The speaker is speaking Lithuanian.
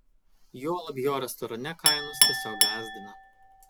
juolab jo restorane kainos tiesiog gąsdina